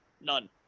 none